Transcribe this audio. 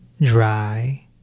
dry